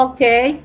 Okay